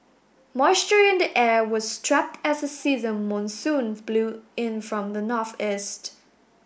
moisture in the air was trapped as a season monsoon blew in from the north east